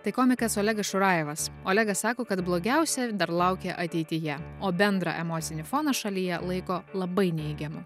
tai komikas olegas šurajevas olegas sako kad blogiausia dar laukia ateityje o bendrą emocinį foną šalyje laiko labai neigiamu